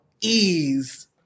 ease